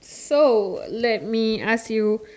so let me ask you